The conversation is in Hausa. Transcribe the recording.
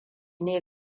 ne